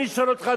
אני שואל אותך,